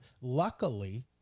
luckily